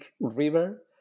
river